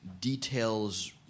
details